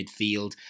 midfield